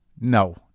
No